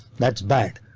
that's bad.